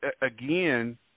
again